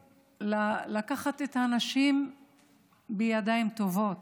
לקחת את הנשים בידיים טובות,